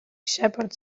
shepherd